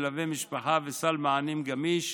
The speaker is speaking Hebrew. מלווה משפחה וסל מענים גמיש